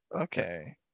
Okay